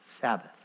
Sabbath